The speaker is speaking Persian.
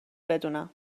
بدونم